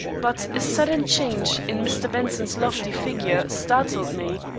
but a sudden change in mr. benson's lofty figure startled me.